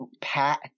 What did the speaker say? Pat